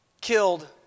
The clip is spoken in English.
killed